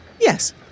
Yes